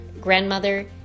grandmother